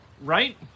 right